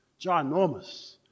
Ginormous